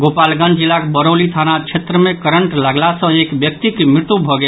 गोपालगंज जिलाक बरौली थाना क्षेत्र मे करंट लगला सँ एक व्यक्तिक मृत्यु भऽ गेल